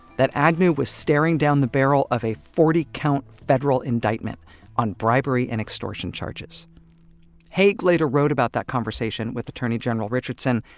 that agnew was staring down the barrel of a forty count federal indictment on bribery and extortion charges haig later wrote about that conversation with attorney general richardson.